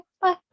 bye